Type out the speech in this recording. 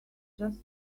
just